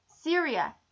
Syria